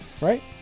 right